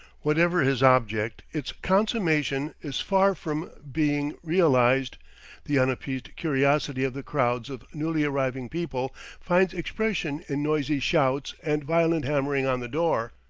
whatever his object, its consummation is far from being realized the unappeased curiosity of the crowds of newly arriving people finds expression in noisy shouts and violent hammering on the door,